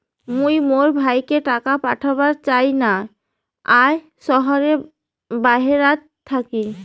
মুই মোর ভাইকে টাকা পাঠাবার চাই য়ায় শহরের বাহেরাত থাকি